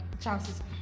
chances